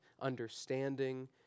understanding